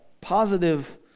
positive